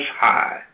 High